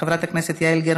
חבר הכנסת חיים ילין,